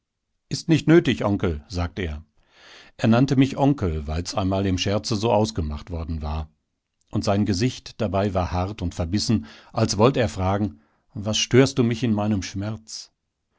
ist nicht nötig onkel sagt er er nannte mich onkel weil's einmal im scherze so ausgemacht worden war und sein gesicht dabei war hart und verbissen als wollt er fragen was störst du mich in meinem schmerz